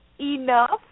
enough